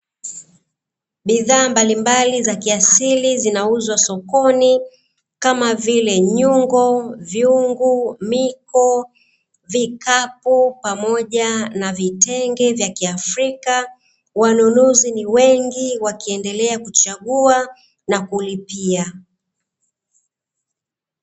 Bidhaa mbalimbali za kiasili zinauzwa sokoni kama vile nyungo, vyungu, miko, vikapu pamoja na vitenge vya kiafrika, wanunuzi ni wengi wakiendelea kuchagua na kulipia.